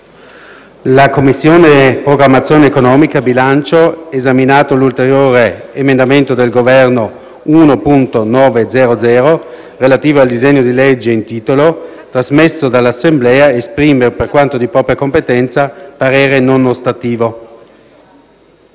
«La Commissione programmazione economica, bilancio, esaminato l'ulteriore emendamento del Governo 1.900, relativo al disegno di legge in titolo, trasmesso dall'Assemblea, esprime, per quanto di propria competenza, parere non ostativo».